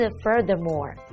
furthermore